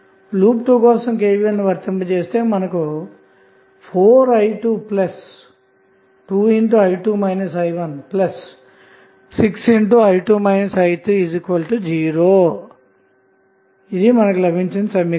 loop 2 కోసం KVL ను వర్తింపజేస్తే 4i22i2 i16i2 i30 లభిస్తుంది